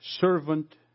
servant